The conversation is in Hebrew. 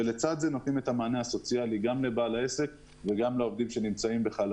ולצד זה נותנים את המענה הסוציאלי לבעל העסק ולעובדים שנמצאים בחל"ת.